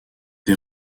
des